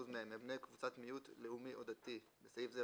מהם הם בני קבוצת מיעוט לאומי או דתי (בסעיף זה,